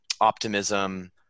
Optimism